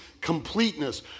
completeness